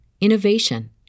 innovation